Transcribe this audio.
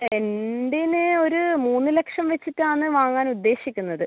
സെൻ്റീന് ഒരു മൂന്ന് ലക്ഷം വച്ചിട്ടാണ് വാങ്ങാൻ ഉദ്ദേശിക്കുന്നത്